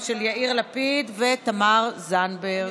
של יאיר לפיד ותמר זנדברג.